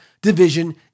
division